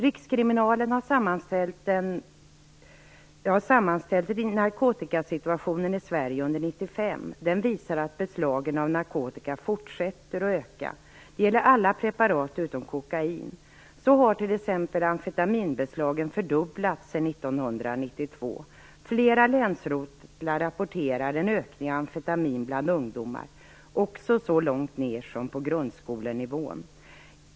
Rikskriminalen har gjort en sammanställning över narkotikasituationen under 1995. Den visar att beslagen av narkotika fortsätter att öka. Det gäller alla preparat utom kokain. Så har t.ex. amfetaminbeslagen fördubblats sedan 1992. Flera länsrotlar rapporterar en ökning av amfetamin bland ungdomar, också så långt ned som på grundskolenivån.